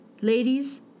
Ladies